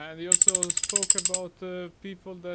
um you know so spoke about ah people that